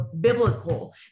biblical